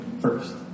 first